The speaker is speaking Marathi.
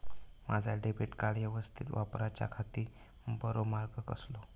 माजा डेबिट कार्ड यवस्तीत वापराच्याखाती बरो मार्ग कसलो?